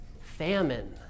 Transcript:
famine